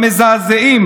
המזעזעים,